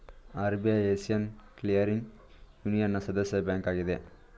RBI Asian clearing ಯೂನಿಯನ್ನ ಸದಸ್ಯ bank ಆಗಿದೆ